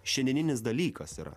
šiandieninis dalykas yra